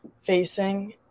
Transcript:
facing